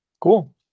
Cool